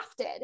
crafted